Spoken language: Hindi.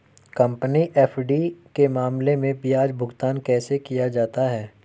कंपनी एफ.डी के मामले में ब्याज भुगतान कैसे किया जाता है?